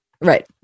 Right